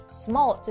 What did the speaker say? small